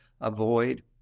avoid